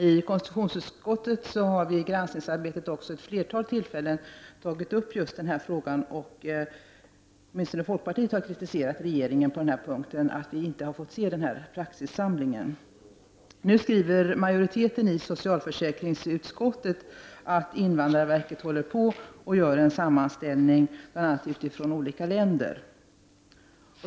I konstitutionsutskottets granskningsarbete har vi också vid ett flertal tillfällen tagit upp just den frågan, och åtminstone folkpartiet har kritiserat regeringen för att vi inte har fått se den här praxissamlingen. Nu skriver majoriteten i socialförsäkringsutskottet att invandrarverket håller på att göra en sammanställning bl.a. utifrån situationen i olika länder.